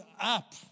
up